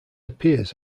appears